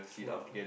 !wow!